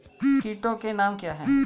कीटों के नाम क्या हैं?